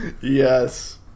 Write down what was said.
Yes